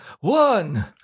one